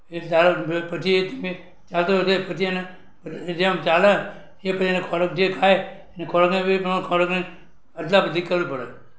એ ચાલે પછી એ ધીમે ચાલતો થઈ જાય પછી એને જેમ ચાલે એ પછી એને ખોરાક જે ખાય એને ખોરાકને બી ઘણો ખોરાકની અદલા બદલી કરવી પડે